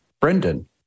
Brendan